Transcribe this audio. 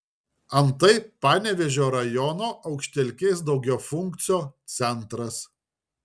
antai panevėžio rajono aukštelkės daugiafunkcio centras